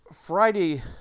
Friday